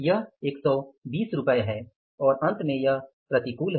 यह 120 रुपये है और अंत में यह प्रतिकूल है